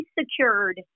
secured